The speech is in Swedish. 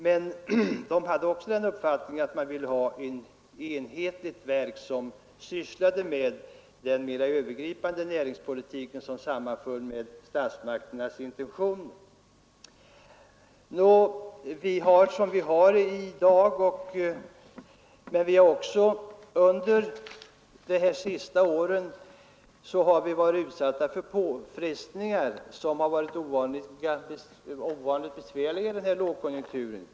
Men man hade också den uppfattningen att det skulle vara ett enhetligt verk som sysslade med den mera övergripande näringspolitiken i enlighet med statsmakternas intentioner. Nå, vi har det som vi har det i dag. Men vi har också under de senaste åren varit utsatta för ovanligt besvärliga påfrestningar i lågkonjunkturen.